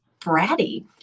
bratty